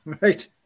right